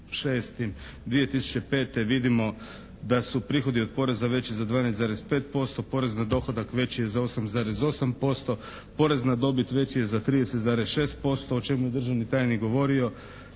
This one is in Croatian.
30.6.2005. vidimo da su prihodi od poreza veći za 12,5%, porez na dohodak veći je za 8,8%, porez na dobit veći je za 30,6% o čemu je državni tajnik govorio,